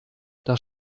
das